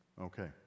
Okay